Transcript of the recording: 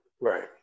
Right